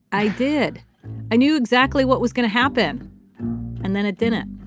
i did i knew exactly what was going to happen and then it did it.